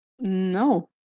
No